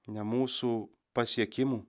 ne mūsų pasiekimų